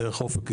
דרך אופק ישראלי,